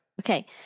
Okay